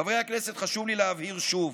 חברי הכנסת, חשוב לי להבהיר שוב: